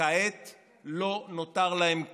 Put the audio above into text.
וכעת לא נותר להם כלום.